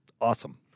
awesome